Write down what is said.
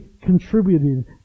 contributed